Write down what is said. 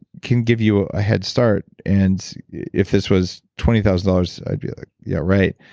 can give you a ah head start. and if this was twenty thousand dollars, i'd be like, yeah right.